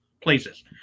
places